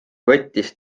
võttis